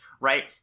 right